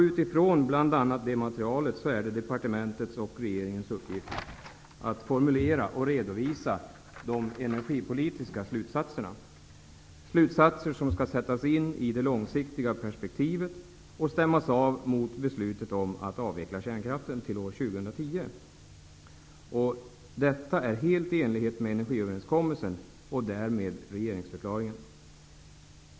Utifrån bl.a. det materialet är det departementets och regeringens uppgift att formulera och redovisa de energipolitiska slutsatserna, slutsatser som skall sättas in i det långsiktiga perspektivet och stämmas av mot beslutet att avveckla kärnkraften till år 2010. Detta är helt i enlighet med energiöverenskommelsen och därmed regeringsförklaringen.